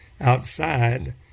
outside